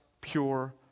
pure